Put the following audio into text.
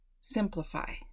Simplify